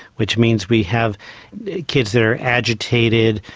which means we have kids that are agitated,